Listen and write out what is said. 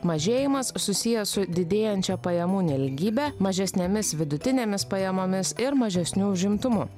mažėjimas susijęs su didėjančia pajamų nelygybe mažesnėmis vidutinėmis pajamomis ir mažesniu užimtumu